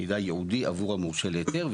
מידע ייעודי עבור המורשה להיתר,